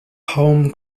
home